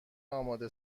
آماده